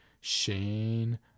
Shane